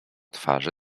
twarzy